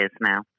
now